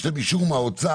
יש להם אישור מהאוצר.